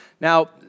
Now